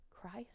Christ